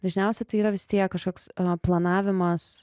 dažniausiai tai yra vis tiek kažkoks planavimas